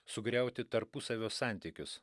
sugriauti tarpusavio santykius